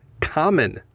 common